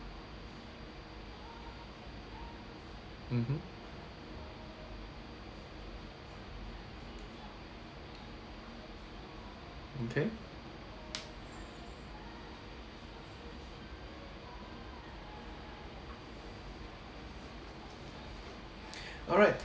mmhmm okay alright